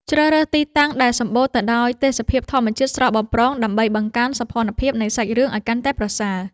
ជ្រើសរើសទីតាំងដែលសម្បូរទៅដោយទេសភាពធម្មជាតិស្រស់បំព្រងដើម្បីបង្កើនសោភ័ណភាពនៃសាច់រឿងឱ្យកាន់តែប្រសើរ។